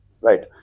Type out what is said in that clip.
right